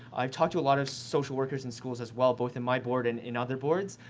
i've talked to a lot of social workers in schools as well, both in my board and in other boards.